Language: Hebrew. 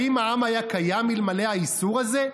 האם היה העם קיים אלמלא האיסור הזה?"